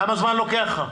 כמה זמן לוקח לך?